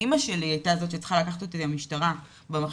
אמא שלי הייתה זו שצריכה לקחת אותי למשטרה במחשכים,